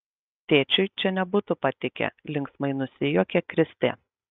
tėčiui čia nebūtų patikę linksmai nusijuokė kristė